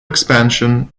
expansion